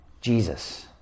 Jesus